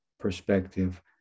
perspective